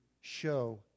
show